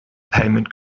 payment